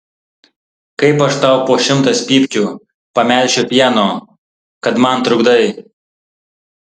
kaip aš tau po šimtas pypkių pamelšiu pieno kad man trukdai